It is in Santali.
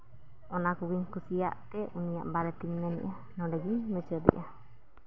ᱚᱱᱟ ᱠᱚᱜᱮᱧ ᱠᱩᱥᱤᱭᱟᱜ ᱛᱮ ᱩᱱᱤᱭᱟᱜ ᱵᱟᱨᱮᱛᱮᱧ ᱢᱮᱱᱮᱜᱼᱟ ᱱᱚᱸᱰᱮ ᱜᱮᱧ ᱢᱩᱪᱟᱹᱫᱮᱜᱼᱟ